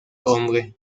hombre